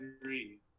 agree